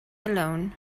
alone